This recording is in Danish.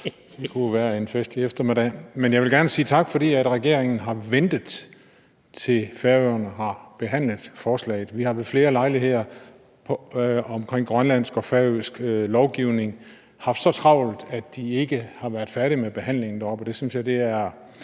det kunne jo være en festlig eftermiddag. Men jeg vil gerne sige tak for, at regeringen har ventet til, at Færøerne har behandlet forslaget. Vi har ved flere lejligheder omkring grønlandsk og færøsk lovgivning haft så travlt, at de ikke har været færdige med behandlingen deroppe. Og jeg synes, det her